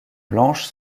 blanches